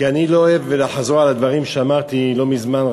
כי אני לא אוהב לחזור על הדברים שאמרתי לא מזמן.